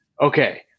okay